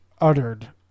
uttered